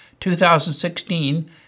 2016